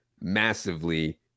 massively